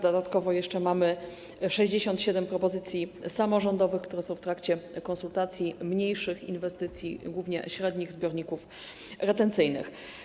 Dodatkowo jeszcze mamy 67 propozycji samorządowych, które są w trakcie konsultacji, mniejszych inwestycji, głównie średnich zbiorników retencyjnych.